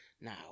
Now